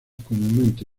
comúnmente